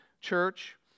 church